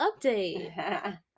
update